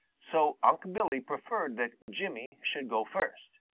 so unc' billy preferred that jimmy should go first.